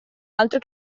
altro